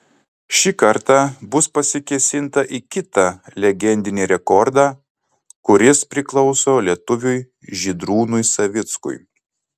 šį kartą bus pasikėsinta į kitą legendinį rekordą kuris priklauso lietuviui žydrūnui savickui